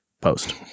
post